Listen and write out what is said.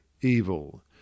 evil